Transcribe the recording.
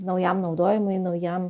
naujam naudojimui naujam